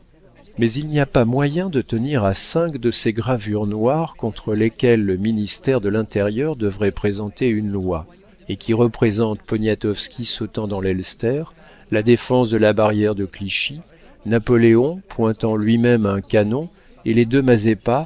mais il n'y a pas moyen de tenir à cinq de ces gravures noires contre lesquelles le ministère de l'intérieur devrait présenter une loi et qui représentent poniatowski sautant dans l'elster la défense de la barrière de clichy napoléon pointant lui-même un canon et les deux mazeppa